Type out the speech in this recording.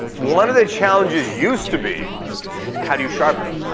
one of the challenges used to be how do you sharpen them.